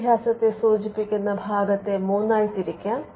വിദ്യാഭ്യാസത്തെ സൂചിപ്പിക്കുന്ന ഭാഗത്തെ മൂന്നായി തിരിക്കാം